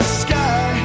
sky